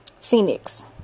Phoenix